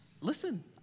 Listen